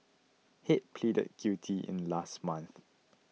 head pleaded guilty in last month